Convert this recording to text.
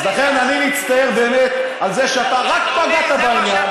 אז לכן אני מצטער באמת על זה שאתה רק פגעת בעניין.